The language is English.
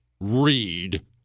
read